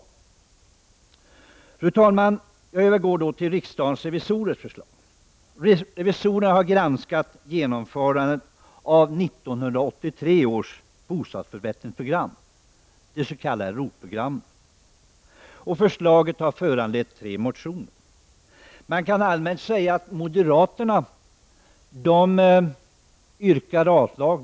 Fru talman! Jag övergår nu till förslaget från riksdagens revisorer. Revisorerna har granskat genomförandet av 1983 års bostadsförbättringsprogram, det s.k. ROT-programmet. Förslaget har föranlett tre motioner. Man kan allmänt säga att moderaterna yrkar avslag.